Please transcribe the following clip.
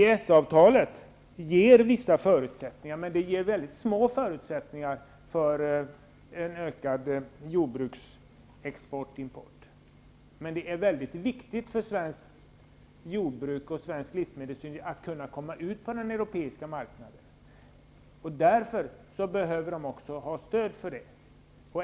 EES-avtalet ger vissa förutsättningar, men det ger väldigt små förutsättningar för en ökad export och import av jordbruksprodukter. Det är emellertid viktigt för svenskt jordbruk och svensk livsmedelsindustri att kunna komma ut på den europeiska marknaden. Därför behövs också stöd för detta.